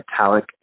metallic